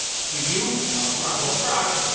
for you, i'll try. don't try!